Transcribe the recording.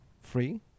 free